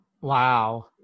Wow